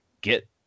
Get